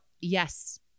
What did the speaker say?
Yes